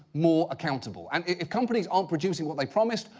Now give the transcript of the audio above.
more accountable. and if companies aren't producing what they promised,